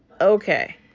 okay